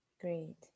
Great